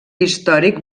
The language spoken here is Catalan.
històric